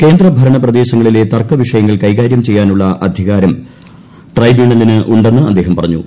കേന്ദ്രഭരണ പ്രദേശങ്ങളിലെ തർക്കവിഷയങ്ങൾ കൈകാര്യം ചെയ്യാനുള്ള അധികാരം ട്രൈബ്യൂണലിന് ഉണ്ടെന്ന് അദ്ദേഹം പറഞ്ഞു